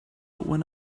when